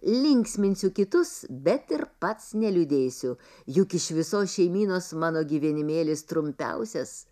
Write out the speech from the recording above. linksminsiu kitus bet ir pats neliūdėsiu juk iš visos šeimynos mano gyvenimėlis trumpiausias